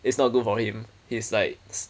it's not good for him he's like